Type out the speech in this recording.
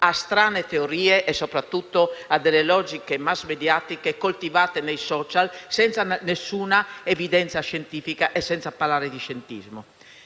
a strane teorie e soprattutto a delle logiche massmediatiche coltivate nei *social*, senza nessuna evidenza scientifica e senza parlare di scientismo.